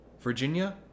Virginia